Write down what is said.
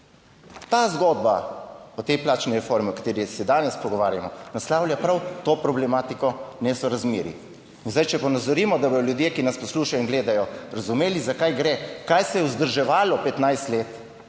Ta zgodba o tej plačni reformi o kateri se danes pogovarjamo, naslavlja prav to problematiko nesorazmerij, in zdaj če ponazorimo, da bodo ljudje, ki nas poslušajo in gledajo razumeli za kaj gre, kaj se je vzdrževalo 15 let.